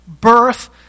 birth